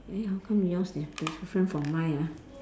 eh how come yours di~ different from mine ah